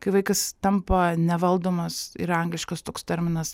kai vaikas tampa nevaldomas yra angliškas toks terminas